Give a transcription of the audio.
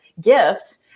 gift